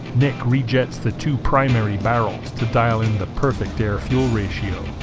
nick re-jets the two primary barrels to dial in the perfect air fuel ratio.